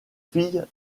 fille